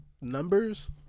Numbers